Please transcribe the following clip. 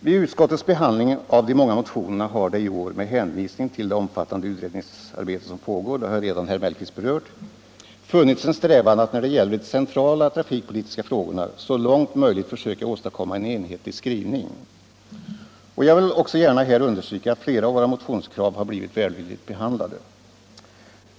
Vid utskottets behandling av de många motionerna har man i år med hänvisning till det omfattande utredningsarbete som pågår — det har redan herr Mellqvist berört — haft en strävan att i de centrala trafikpolitiska frågorna så långt som möjligt söka åstadkomma en enhetlig skrivning. Jag vill också här gärna understryka att flera av våra motionskrav har blivit välvilligt behandlade.